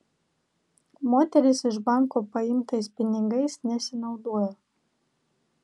moteris iš banko paimtais pinigais nesinaudojo